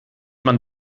man